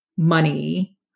money